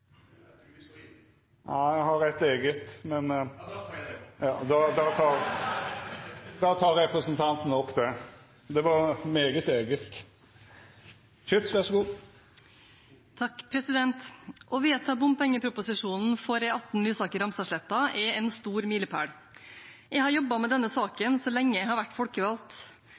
Jeg tar da opp forslaget fra SV. Då har representanten Arne Nævra teke opp forslaget frå Sosialistisk Venstreparti. Å vedta bompengeproposisjonen for E18 Lysaker–Ramstadsletta er en stor milepæl. Jeg har jobbet med denne saken så lenge jeg har vært folkevalgt,